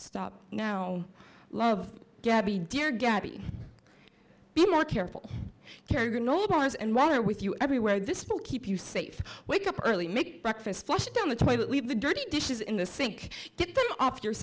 stop now love gaby dear gaby be more careful carrie granola bars and wiener with you everywhere this pill keep you safe wake up early make breakfast flushed down the toilet leave the dirty dishes in the sink get them off your